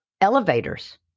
elevators